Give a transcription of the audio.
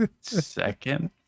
second